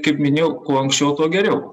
kaip minėjau kuo anksčiau tuo geriau